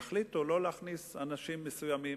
יחליטו לא להכניס אנשים מסוימים,